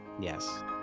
Yes